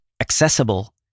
accessible